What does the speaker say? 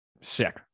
Sick